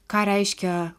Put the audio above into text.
ką reiškia